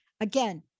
Again